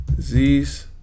Z's